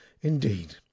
indeed